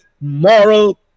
moral